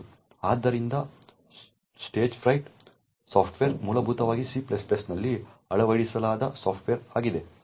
ಆದ್ದರಿಂದ Stagefright software ಮೂಲಭೂತವಾಗಿ C ನಲ್ಲಿ ಅಳವಡಿಸಲಾದ ಸಾಫ್ಟ್ವೇರ್ ಆಗಿದೆ